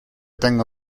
tengo